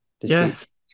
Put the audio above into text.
Yes